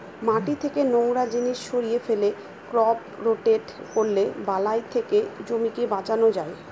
মাটি থেকে নোংরা জিনিস সরিয়ে ফেলে, ক্রপ রোটেট করলে বালাই থেকে জমিকে বাঁচানো যায়